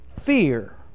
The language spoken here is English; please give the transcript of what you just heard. fear